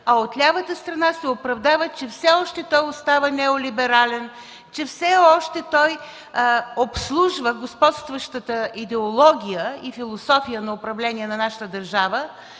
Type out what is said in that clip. а от лявата страна се оправдават, че все още той остава неолиберален, че все още обслужва господстващата идеология и философия на управление на нашата държава.